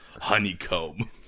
honeycomb